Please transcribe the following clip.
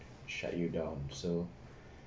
shut you down so